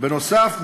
בנוסף,